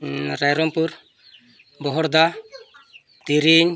ᱨᱟᱭᱨᱚᱝᱯᱩᱨ ᱵᱚᱦᱚᱲᱫᱟ ᱛᱤᱨᱤᱝ